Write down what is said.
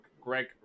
Greg